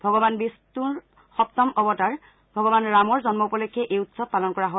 ভগৱান বিষ্ণৰ সপ্তম অৱতাৰ ভগৱান ৰামৰ জন্ম উপলক্ষে এই উৎসৱ পালন কৰা হয়